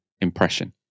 impression